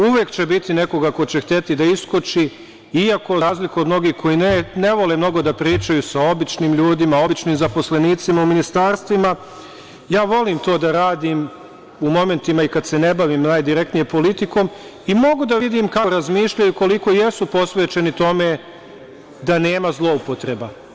Uvek će biti nekoga ko će hteti da iskoči, iako za razliku od mnogih koji ne vole mnogo da pričaju sa običnim ljudima, običnim zaposlenicima u ministarstvima, ja volim to da radim u momentima i kada se ne bavim najdirektnije politikom i mogu da vidim kako razmišljaju, koliko jesu posvećeni tome da nema zloupotreba.